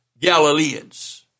Galileans